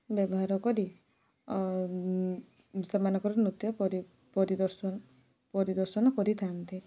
ବ୍ୟବହାର କରି ସେମାନଙ୍କର ନୃତ୍ୟ ପରି ପରିଦର୍ଶନ ପରିଦର୍ଶନ କରିଥାନ୍ତି